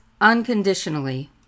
unconditionally